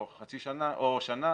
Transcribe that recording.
או שנה